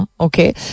okay